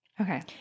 Okay